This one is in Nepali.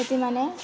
त्यत्तिमा नै